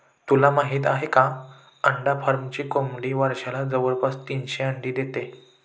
तुला माहित आहे का? अंडा फार्मची कोंबडी वर्षाला जवळपास तीनशे अंडी देते